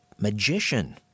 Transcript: magician